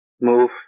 move